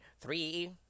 three